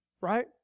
Right